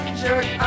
jerk